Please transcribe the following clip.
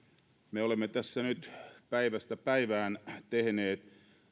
me olemme tässä nyt päivästä päivään tehneet